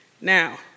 Now